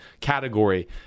category